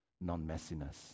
non-messiness